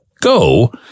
go